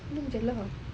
minum jer lah